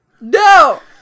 no